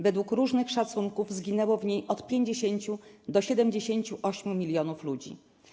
Według różnych szacunków zginęło w niej od 50 do 78 milionów ludzi.